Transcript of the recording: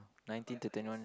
nineteen to twenty one